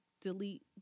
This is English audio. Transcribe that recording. delete